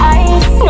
ice